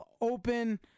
open